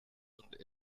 und